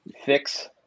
fix